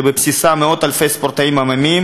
שבבסיסה מאות-אלפי ספורטאים עממיים